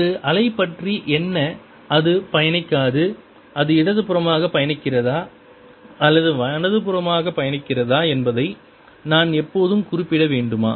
ஒரு அலை பற்றி என்ன அது பயணிக்காது அது இடதுபுறமாக பயணிக்கிறதா அல்லது வலதுபுறம் பயணிக்கிறதா என்பதை நான் எப்போதும் குறிப்பிட வேண்டுமா